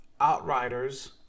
Outriders